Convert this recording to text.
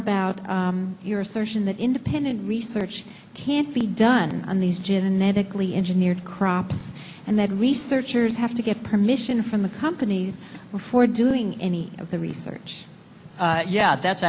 about your assertion that independent research can't be done on these genetically engineered crops and that researchers have to get permission from the companies before doing any of the research yeah that's